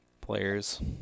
players